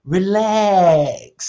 Relax